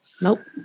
Nope